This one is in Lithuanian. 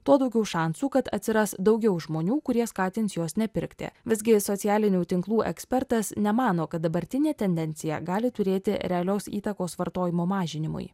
tuo daugiau šansų kad atsiras daugiau žmonių kurie skatins juos nepirkti visgi socialinių tinklų ekspertas nemano kad dabartinė tendencija gali turėti realios įtakos vartojimo mažinimui